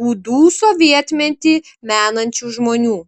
gūdų sovietmetį menančių žmonių